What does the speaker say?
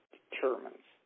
determines